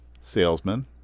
salesman